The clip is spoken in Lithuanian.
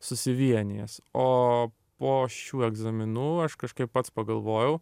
susivienijęs o po šių egzaminų aš kažkaip pats pagalvojau